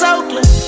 Oakland